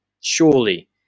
surely